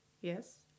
Yes